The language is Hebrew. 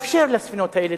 אני אפתח בנושא שלשמו התדיינו,